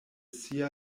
sia